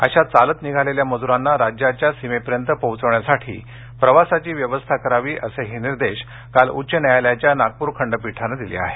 अशा चालत निघालेल्या मज़्रांना राज्याच्या सीमेपर्यंत पोहोचविण्यासाठी प्रवासाची व्यवस्था करावी असेही निर्देश काल उच्च न्यायालयाच्या नागपूर खंडपीठानं दिले आहेत